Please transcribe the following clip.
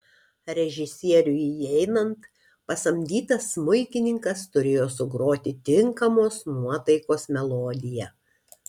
režisieriui įeinant pasamdytas smuikininkas turėjo sugroti tinkamos nuotaikos melodiją